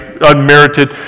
Unmerited